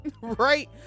right